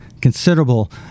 considerable